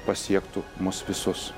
pasiektų mus visus